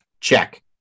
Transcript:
Check